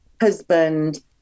husband